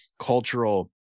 cultural